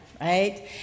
right